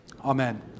Amen